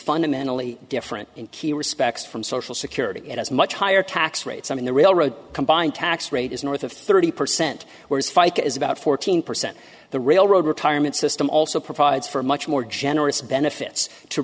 fundamentally different in key respects from social security it has much higher tax rates on the railroad combined tax rate is north of thirty percent whereas fica is about fourteen percent the railroad retirement system also provides for much more generous benefits to